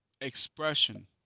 expression